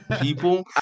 people